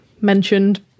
mentioned